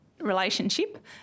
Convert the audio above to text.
relationship